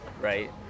right